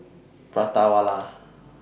Prata Wala